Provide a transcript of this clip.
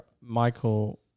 Michael